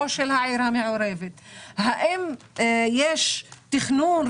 האם יש תכנון,